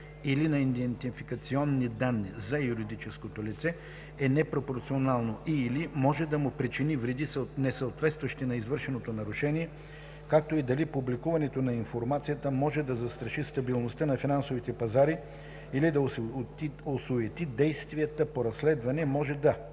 или на идентификационни данни – за юридическото лице, е непропорционално и/или може да му причини вреди, несъответстващи на извършеното нарушение, както и дали публикуването на информацията може да застраши стабилността на финансовите пазари или да осуети действията по разследване, може да: